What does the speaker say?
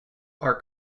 are